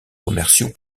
commerciaux